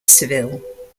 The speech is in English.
seville